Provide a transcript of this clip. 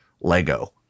Lego